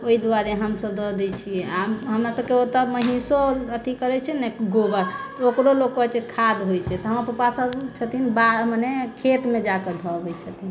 ओहि दुआरे हम सभ दऽ देै छियै आ हमरा सभकेँ ओतऽ महीसो अथि करैत छै ने गोबर ओकरो लोक कहैत छै कि खाद्य होइत छै तऽ हमर पपा सभ छथिन बाहर मने खेतमे जाकऽ धऽ अबैत छथिन